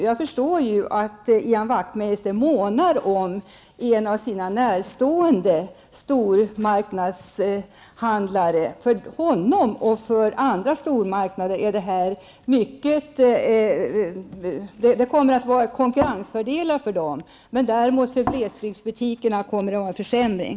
Jag förstår att Ian Wachtmeister månar om en honom närstående stormarknadshandlare. För honom och för andra stormarknader kommer det här att innebära konkurrensfördelar. Men för glesbygdsbutikerna kommer det att innebära en försämring.